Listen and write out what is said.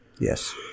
Yes